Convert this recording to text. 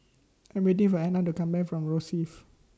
I Am waiting For Ena to Come Back from Rosyth